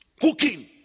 Cooking